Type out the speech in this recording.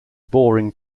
boring